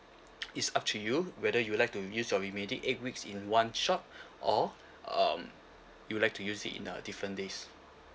it's up to you whether you'd like to use your remaining eight weeks in one shot or um you would like to use it in the different days